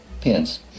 pins